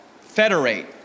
federate